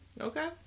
Okay